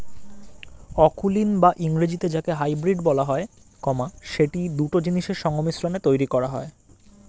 অকুলীন বা ইংরেজিতে যাকে হাইব্রিড বলা হয়, সেটি দুটো জিনিসের সংমিশ্রণে তৈরী করা হয়